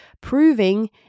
Proving